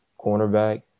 cornerback